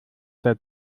der